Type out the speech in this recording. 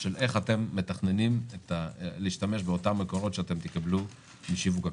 של איך אתם מתכננים להשתמש באותם מקורות שאתם תקבלו משיווק הקרקעות.